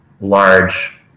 large